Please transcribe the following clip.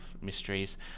mysteries